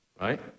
right